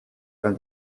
from